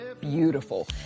beautiful